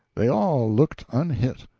they all looked unhit,